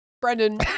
Brendan